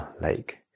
lake